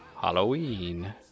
Halloween